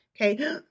Okay